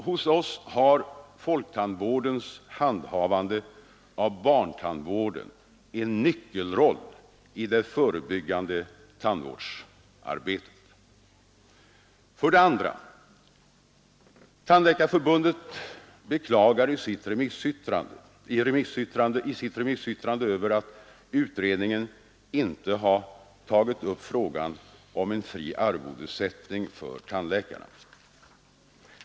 Hos oss har folktandvårdens handhavande av barntandvården en nyckelroll i det förebyggande tandvårdsarbetet. För det andra: Tandläkarförbundet beklagar sig i remissyttrandet över att utredningen inte har tagit upp frågan om en fri arvodessättning för tandläkarna.